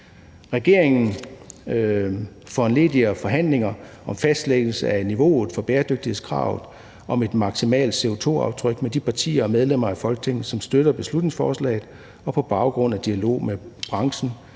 Regeringen foranlediger forhandlinger om fastlæggelse af niveauet for bæredygtighedskravet om et maksimalt CO2-aftryk med de partier og medlemmer af Folketinget, som støtter beslutningsforslaget, og på baggrund af dialog med branchen,